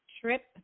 trip